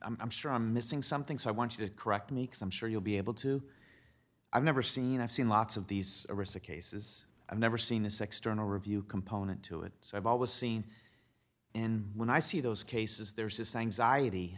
just i'm sure i'm missing something so i want to correct makes i'm sure you'll be able to i've never seen i've seen lots of these arista cases i've never seen a sex journal review component to it so i've always seen and when i see those cases there's this anxiety